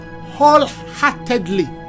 wholeheartedly